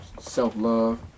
self-love